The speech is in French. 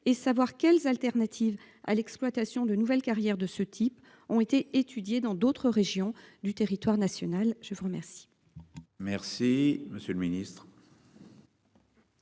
et savoir quelles alternatives à l'exploitation de nouvelle carrière de ce type ont été étudiées dans d'autres régions du territoire national. Je vous remercie. Merci monsieur le ministre.